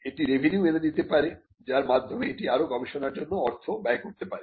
এটি রেভিনিউ এনে দিতে পারে যার মাধ্যমে এটি আরও গবেষণার জন্য অর্থ ব্যয় করতে পারে